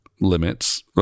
limits